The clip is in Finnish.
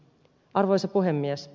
arvoisa puhemies